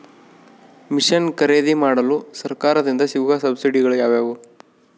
Mission ಖರೇದಿಮಾಡಲು ಸರಕಾರದಿಂದ ಸಿಗುವ ಸಬ್ಸಿಡಿಗಳು ಯಾವುವು?